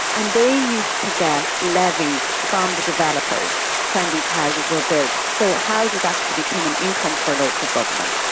and they used to get levies from the developers when these houses were built, so houses actually became an income for local government.